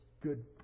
good